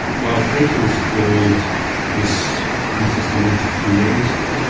while plato was called this unsystematic creator,